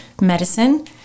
medicine